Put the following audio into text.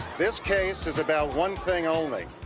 this case is about one thing only